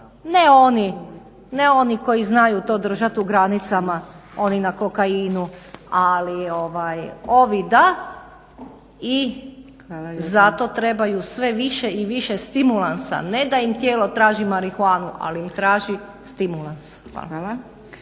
Ne ono koji znaju to držat u granicama, oni na kokainu, ali ovi da i zato trebaju sve više i više stimulansa, ne da im tijelo traži marihuanu ali traži stimulans. Hvala.